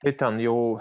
tai ten jau